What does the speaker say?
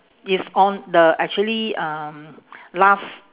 is on the actually um last